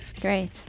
Great